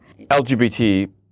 LGBT